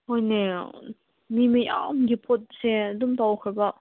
ꯍꯣꯏꯅꯦ ꯃꯤ ꯃꯌꯥꯝꯒꯤ ꯄꯣꯠꯁꯦ ꯑꯗꯨꯝ ꯇꯧꯈ꯭ꯔꯕ